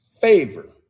favor